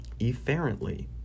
efferently